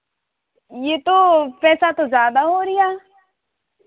यह तो पैसा तो ज़्यादा ही हो रहा